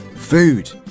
Food